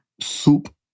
soup